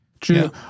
True